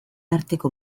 arteko